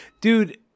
Dude